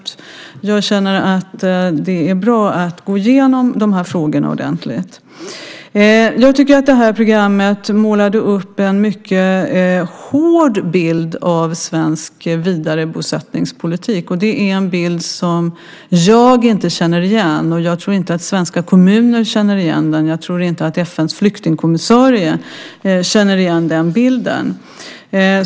Jag känner därför att det är bra att gå igenom de här frågorna ordentligt. Jag tycker att programmet målade upp en mycket hård bild av svensk vidarebosättningspolitik. Det är en bild som jag inte känner igen. Jag tror inte att svenska kommuner känner igen den och inte att FN:s flyktingkommissarie känner igen den bilden.